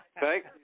thank